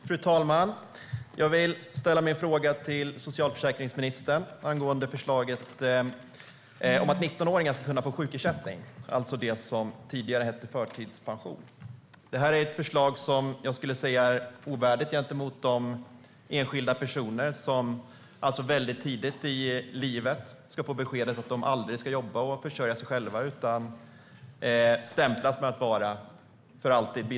Fru talman! Jag vill ställa min fråga till socialförsäkringsministern angående förslaget om att 19-åringar ska kunna få sjukersättning, alltså det som tidigare hette förtidspension. Det här är ett förslag som är ovärdigt gentemot de enskilda personer som väldigt tidigt i livet får beskedet att de aldrig kan jobba och försörja sig själva utan stämplas som bidragsberoende för alltid.